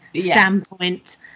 standpoint